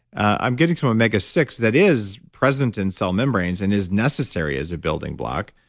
i'm getting some omega six that is present in cell membranes and is necessary as a building block,